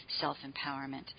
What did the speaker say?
self-empowerment